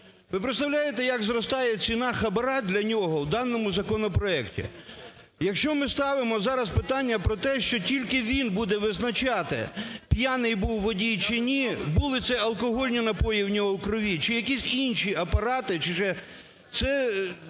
Ви представляєте, як зростає ціна хабара для нього в даному законопроекті. Якщо ми ставимо зараз питання про те, що тільки він буде визначати, п'яний був водій чи ні, були ці алкогольні напої в нього в крові чи якісь інші апарати… чи ще… Це,